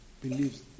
believes